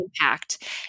impact